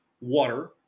water